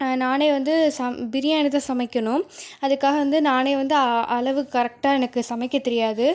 நானே வந்து பிரியாணி தான் சமைக்கணும் அதுக்காக வந்து நானே வந்து அளவு கரெக்டாக எனக்கு சமைக்க தெரியாது